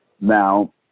Now